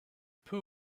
peu